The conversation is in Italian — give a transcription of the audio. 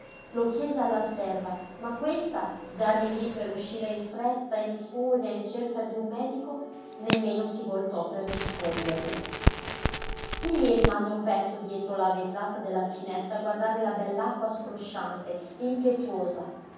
lo chiese alla serva ma questa già lí lí per uscire in fretta in furia in cerca d'un medico nemmeno si voltò per risponderle mimí rimase un pezzo dietro la vetrata della finestra a guardare la bell'acqua scrosciante impetuosa